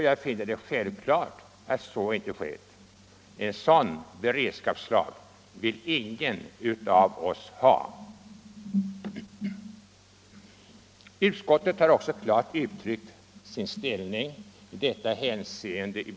Jag finner det självklart att så inte skett. En sådan beredskapslag vill ingen av oss ha. Utskottet har också i betänkandet klart uttryckt sin ställning i detta hänseende.